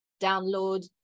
download